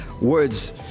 words